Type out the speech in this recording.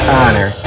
honor